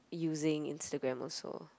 using Instagram also